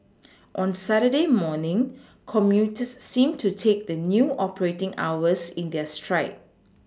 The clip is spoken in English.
on Saturday morning commuters seemed to take the new operating hours in their stride